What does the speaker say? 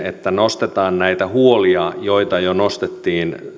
että nostetaan näitä huolia joita jo nostettiin